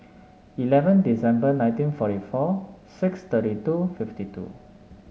eleven December nineteen forty four six thirty two fifty two